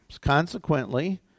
Consequently